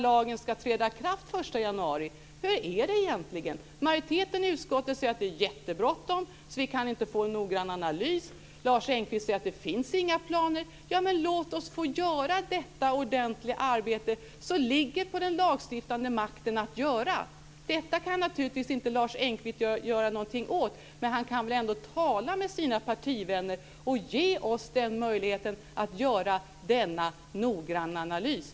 Lagen ska träda i kraft den 1 januari. Hur är det egentligen? Majoriteten i utskottet säger att det är jättebråttom så därför går det inte att göra en noggrann analys. Lars Engqvist säger att det inte finns några planer. Men låt oss få göra det ordentliga arbete som ligger på den lagstiftande makten! Detta kan förstås Lars Engqvist inte göra någonting åt, men han kan väl ändå tala med sina partivänner så att vi får möjlighet att göra denna noggranna analys.